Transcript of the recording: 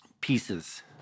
pieces